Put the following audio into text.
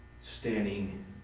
standing